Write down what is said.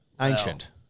ancient